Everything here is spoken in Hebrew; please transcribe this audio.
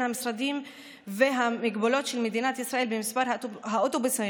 המשרדים והמגבלות של מדינת ישראל במספר האוטובוסים,